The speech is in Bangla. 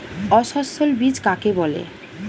অসস্যল বীজ কাকে বলে?